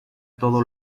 todo